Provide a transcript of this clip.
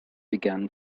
began